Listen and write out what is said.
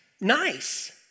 nice